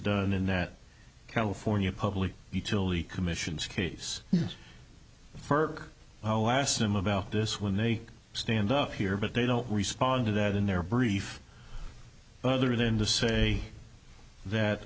done in that california public utility commissions case firk asked him about this when they stand up here but they don't respond to that in their brief other than to say that